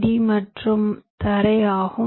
D மற்றும் தரை ஆகும்